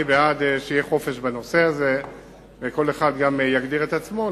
אני בעד שיהיה חופש וכל אחד יגדיר את עצמו.